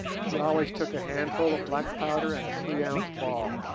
she always took a handful of black powder and a three-ounce ball,